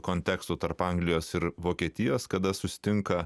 kontekstų tarp anglijos ir vokietijos kada susitinka